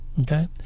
Okay